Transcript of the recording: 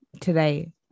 today